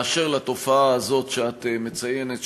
באשר לתופעה הזאת שאת מציינת,